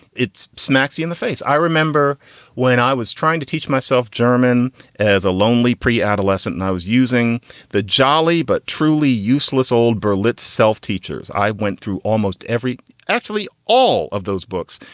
it's smacks you in the face i remember when i was trying to teach myself german as a lonely preadolescent, and i was using the jali but truly useless old berlitz self teachers. i went through almost every actually all of those books.